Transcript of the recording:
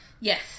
Yes